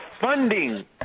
funding